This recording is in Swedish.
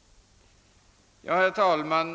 | Herr talman!